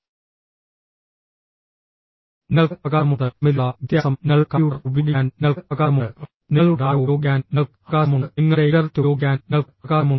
നിങ്ങൾക്ക് അവകാശമുള്ളത് തമ്മിലുള്ള വ്യത്യാസം നിങ്ങളുടെ കമ്പ്യൂട്ടർ ഉപയോഗിക്കാൻ നിങ്ങൾക്ക് അവകാശമുണ്ട് നിങ്ങളുടെ ഡാറ്റ ഉപയോഗിക്കാൻ നിങ്ങൾക്ക് അവകാശമുണ്ട് നിങ്ങളുടെ ഇന്റർനെറ്റ് ഉപയോഗിക്കാൻ നിങ്ങൾക്ക് അവകാശമുണ്ട്